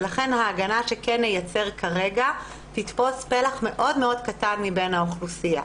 ולכן ההגנה שנייצר כרגע תתפוס פלח מאוד קטן מהאוכלוסייה.